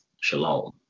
Shalom